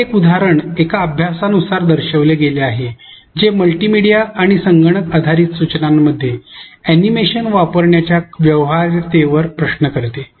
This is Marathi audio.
असे एक उदाहरण एका अभ्यासानुसार दर्शविले गेले आहे जे मल्टीमीडिया आणि संगणक आधारित सूचनांमध्ये अॅनिमेशन वापरण्याच्या व्यवहार्यतेवर प्रश्न करते